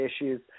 issues